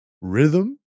rhythm